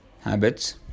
habits